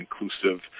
Inclusive